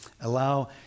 allow